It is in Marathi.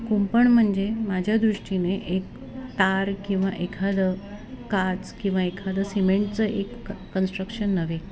कुंपण म्हणजे माझ्या दृष्टीने एक तार किंवा एखादं काच किंवा एखादं सिमेंटचं एक क कन्स्ट्रक्शन नव्हे